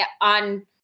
on